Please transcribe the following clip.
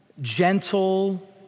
gentle